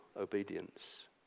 obedience